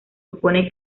supone